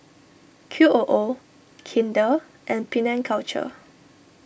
Q O O Kinder and Penang Culture